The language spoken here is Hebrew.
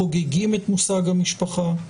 חוגגים את מושג המשפחה,